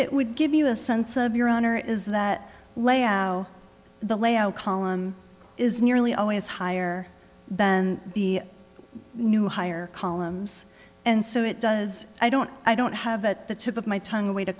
it would give you a sense of your honor is that the layout column is nearly always higher than the new higher columns and so it does i don't i don't have at the tip of my tongue a way to